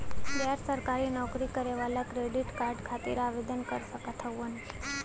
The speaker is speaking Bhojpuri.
गैर सरकारी नौकरी करें वाला क्रेडिट कार्ड खातिर आवेदन कर सकत हवन?